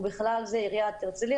ובכלל זה עיריית הרצליה,